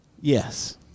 Yes